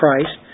Christ